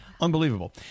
unbelievable